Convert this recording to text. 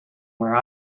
where